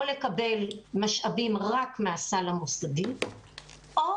או לקבל משאבים רק מהסל המוסדי או